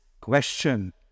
question